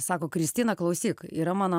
sako kristina klausyk yra mano